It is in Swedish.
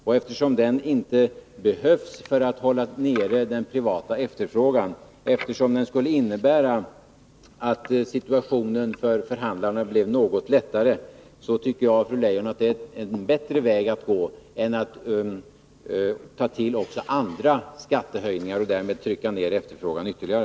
Det skulle innebära att situationen för förhandlarna blev något lättare, och eftersom den inte behövs för att hålla nere den privata efterfrågan tycker jag, fru Leijon, att det är en bättre väg att gå än att ta till också andra skattehöjningar och därmed trycka ned efterfrågan ytterligare.